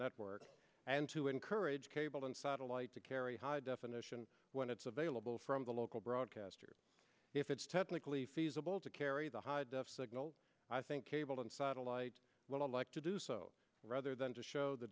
network and to encourage cable and satellite to carry high definition when it's available from the local broadcaster if it's technically feasible to carry the high def signal i think cable and satellite like to do so rather than just show the